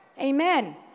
Amen